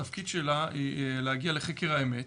התפקיד שלה הוא להגיע לחקר האמת,